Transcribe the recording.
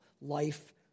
life